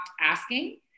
asking